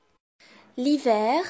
L'hiver